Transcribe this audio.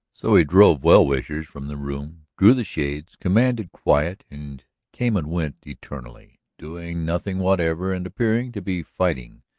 so he drove well-wishers from the room, drew the shades, commanded quiet and came and went eternally, doing nothing whatever and appearing to be fighting,